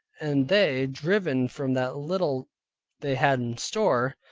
and they driven from that little they had in store,